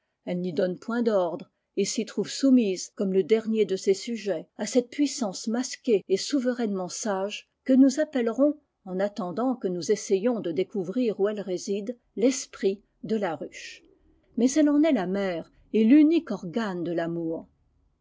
elle n'y donne point d'ordres et s'y trouve soumise comme le dernier de ses sujets à cette puissance masquée et souverainement sage que nous appellerons en attendant que nous essayions de découvrir où elle réside l'esprit de la ruche mais elle en est la mère et l'unique organe de l'amour